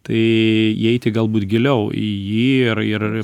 tai įeiti galbūt giliau į jį ir ir